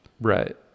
Right